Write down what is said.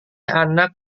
anak